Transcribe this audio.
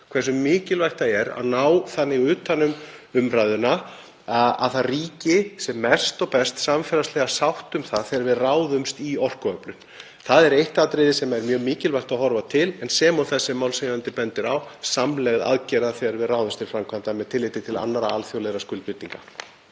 hversu mikilvægt það er að ná þannig utan um umræðuna að sem mest og best samfélagsleg sátt ríki um það þegar við ráðumst í orkuöflun. Það er eitt atriði sem er mjög mikilvægt að horfa til sem og þess sem málshefjandi bendir á, samlegð aðgerða þegar við ráðumst í framkvæmdir með tilliti til annarra alþjóðlegra skuldbindinga.